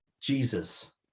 jesus